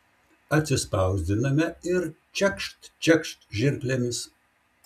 atsispausdiname ir čekšt čekšt žirklėmis